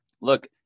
look